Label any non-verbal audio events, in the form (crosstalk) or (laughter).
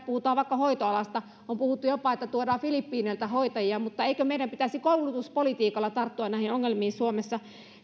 (unintelligible) puhutaan vaikka hoitoalasta on puhuttu jopa että tuodaan filippiineiltä hoitajia mutta eikö meidän pitäisi koulutuspolitiikalla tarttua näihin ongelmiin suomessa